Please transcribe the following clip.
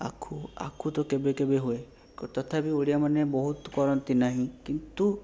ଆଖୁ ଆଖୁ ତ କେବେ କେବେ ହୁଏ ତଥାପି ଓଡ଼ିଆମାନେ ବହୁତ କରନ୍ତି ନାହିଁ କିନ୍ତୁ